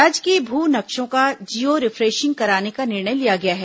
राज्य के भू नक्षों का जियो रिफरेंषिंग कराने का निर्णय लिया गया है